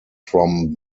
from